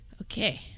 Okay